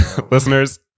listeners